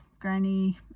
granny